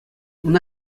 ӑна